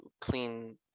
clean